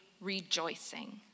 rejoicing